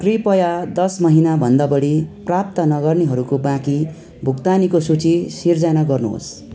कृपया दस महिनाभन्दा बढी प्राप्त नगर्नेहरूको बाँकी भुक्तानीको सूची सिर्जना गर्नुहोस्